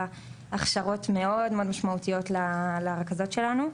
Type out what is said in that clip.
הכשרות מאוד מאוד משמעותיות לרכזות שלנו.